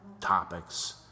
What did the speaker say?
topics